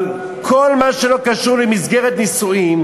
אבל כל מה שלא קשור למסגרת נישואין,